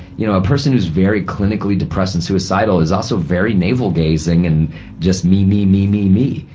you know, a person who's very clinically depressed and suicidal is also very navel-gazing and just me, me, me, me, me.